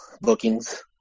bookings